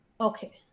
Okay